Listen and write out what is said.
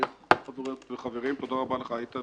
חברות וחברים, תודה רבה לך איתן